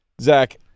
Zach